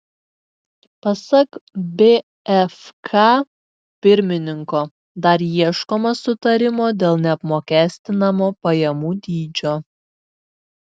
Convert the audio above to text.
pasak bfk pirmininko dar ieškoma sutarimo dėl neapmokestinamo pajamų dydžio